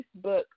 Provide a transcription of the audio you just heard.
Facebook